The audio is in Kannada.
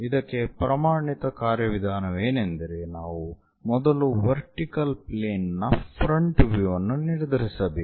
ಇದಕ್ಕೆ ಪ್ರಮಾಣಿತ ಕಾರ್ಯವಿಧಾನವೇನೆಂದರೆ ನಾವು ಮೊದಲು ವರ್ಟಿಕಲ್ ಪ್ಲೇನ್ ನ ಫ್ರಂಟ್ ವ್ಯೂ ಅನ್ನು ನಿರ್ಧರಿಸಬೇಕು